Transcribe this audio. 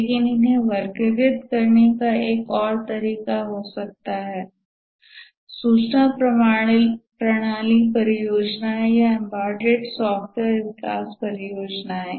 लेकिन उन्हें वर्गीकृत करने का एक और तरीका हो सकता है सूचना प्रणाली परियोजनाएं या एम्बेडेड सॉफ्टवेयर विकास परियोजनाएं